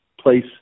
place